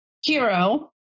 hero